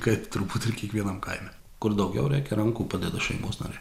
kaip turbūt ir kiekvienam kaime kur daugiau reikia rankų padeda šeimos nariai